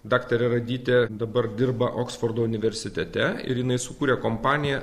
daktarė radytė dabar dirba oksfordo universitete ir jinai sukūrė kompaniją